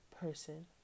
person